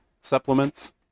supplements